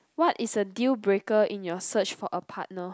what is a deal breaker in your search for a partner